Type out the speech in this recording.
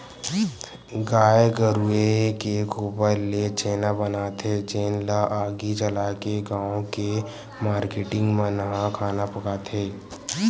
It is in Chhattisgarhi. गाये गरूय के गोबर ले छेना बनाथे जेन ल आगी जलाके गाँव के मारकेटिंग मन ह खाना पकाथे